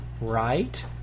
right